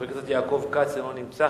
חבר הכנסת יעקב כץ, אינו נמצא.